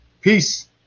peace